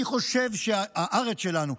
אני חושב שבארץ שלנו,